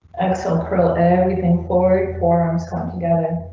excellent pearl, everything forward forearms going together.